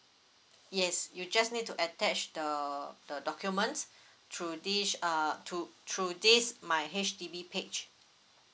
yes you just need to attach the the document through this uh to through this my H_D_B page